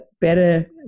better